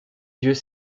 yeux